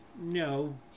No